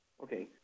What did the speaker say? Okay